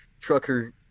Trucker